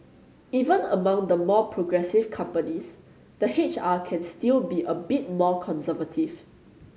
even among the more progressive companies the H R can still be a bit more conservative